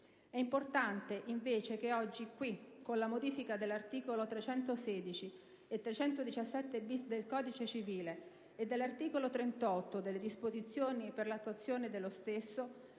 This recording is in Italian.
È importante invece che oggi qui, con la modifica degli articoli 316 e 317-*bis* del codice civile e dell'articolo 38 delle disposizioni per l'attuazione dello stesso,